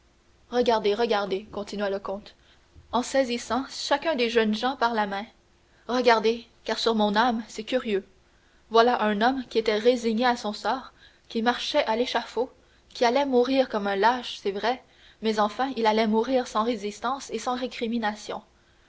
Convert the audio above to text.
regardez regardez continua le comte en saisissant chacun des deux jeunes gens par la main regardez car sur mon âme c'est curieux voilà un homme qui était résigné à son sort qui marchait à l'échafaud qui allait mourir comme un lâche c'est vrai mais enfin il allait mourir sans résistance et sans récrimination